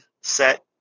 set